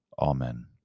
Amen